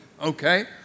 okay